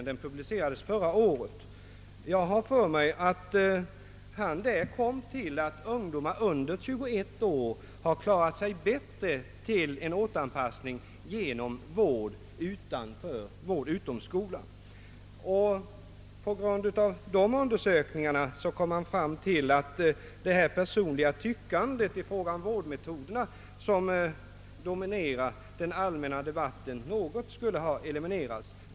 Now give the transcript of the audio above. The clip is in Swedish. Jag har emellertid för mig att författaren kom fram till att ungdomar under 21 år återanpassats bättre genom vård utanför skolan. På grund av dessa undersökningar anser jag att det personliga tyckandet om vårdmetoderna, vilket dominerar den allmänna debatten, något skulle ha eliminerats.